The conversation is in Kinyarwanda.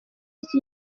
iki